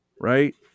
Right